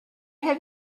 have